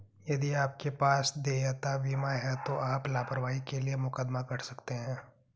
यदि आपके पास देयता बीमा है तो आप लापरवाही के लिए मुकदमा कर सकते हैं